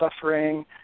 suffering